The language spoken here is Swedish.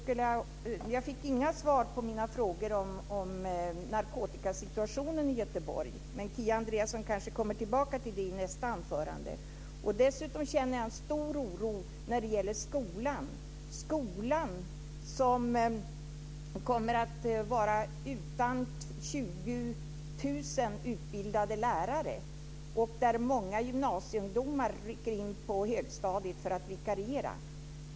Jag fick inga svar på mina frågor om narkotikasituationen i Göteborg, men Kia Andreasson kanske kommer tillbaka till det i sitt nästa inlägg. Dessutom känner jag stor oro när det gäller skolan, som kommer att vara utan 20 000 utbildade lärare och där många gymnasieungdomar rycker in på högstadiet för att vikariera.